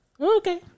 Okay